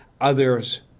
others